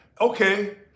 Okay